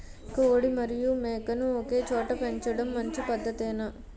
కోడి మరియు మేక ను ఒకేచోట పెంచడం మంచి పద్ధతేనా?